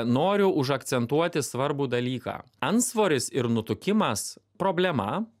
noriu užakcentuoti svarbų dalyką antsvoris ir nutukimas problema